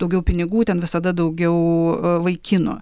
daugiau pinigų ten visada daugiau vaikinų